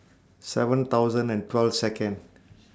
seven thousand and twelve Second